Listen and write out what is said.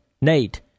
Nate